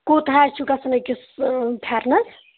کوٚت حظ چھُ گَژھُن أکِس پھٮ۪رنَس